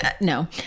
no